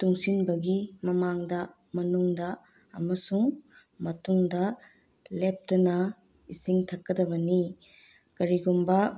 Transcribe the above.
ꯇꯨꯡꯁꯤꯟꯕꯒꯤ ꯃꯃꯥꯡꯗ ꯃꯅꯨꯡꯗ ꯑꯃꯁꯨꯡ ꯃꯇꯨꯡꯗ ꯂꯦꯞꯇꯅ ꯏꯁꯤꯡ ꯊꯛꯀꯗꯕꯅꯤ ꯀꯔꯤꯒꯨꯝꯕ